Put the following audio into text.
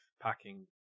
packing